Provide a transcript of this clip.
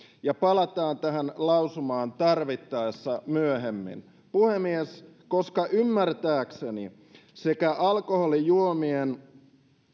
ja palataan tähän lausumaan tarvittaessa myöhemmin puhemies koska ymmärtääkseni sekä alkoholijuomien